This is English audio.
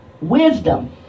wisdom